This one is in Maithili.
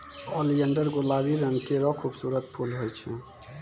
ओलियंडर गुलाबी रंग केरो खूबसूरत फूल होय छै